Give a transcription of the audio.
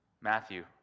Matthew